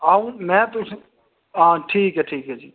आहो में तुस आं ठीक ऐ ठीक ऐ